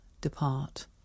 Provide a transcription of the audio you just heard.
depart